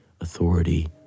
authority